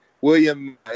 William